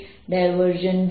B0 અને